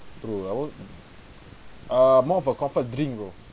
true I won't err more of a comfort drink bro